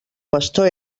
pastor